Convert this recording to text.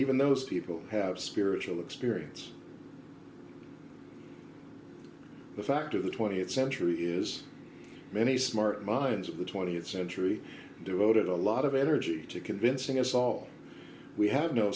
even those people have spiritual experience the fact of the th century is many smart minds of the th century devoted a lot of energy to convincing us all we have no